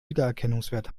wiedererkennungswert